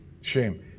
shame